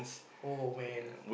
oh man